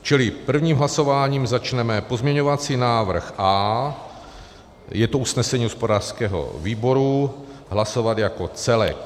Čili prvním hlasováním začneme pozměňovací návrh A, je to usnesení hospodářského výboru, hlasovat jako celek.